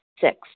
Six